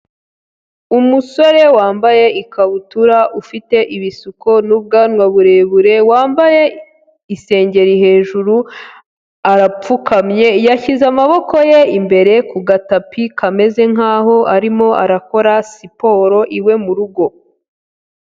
Umusore wambaye ikabutura ufite ibisuko n'ubwanwa burebure wambaye isengeri hejuru, arapfukamye yashyize amaboko ye imbere ku gatapi kameze nkaho arimo arakora siporo iwe mu rugo.